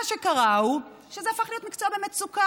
מה שקרה הוא שזה הפך להיות מקצוע במצוקה,